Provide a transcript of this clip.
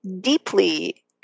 deeply